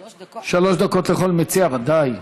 לכל מציע, ודאי.